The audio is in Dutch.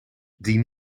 die